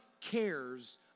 cares